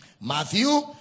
Matthew